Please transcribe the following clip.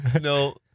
No